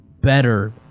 better